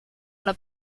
una